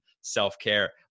self-care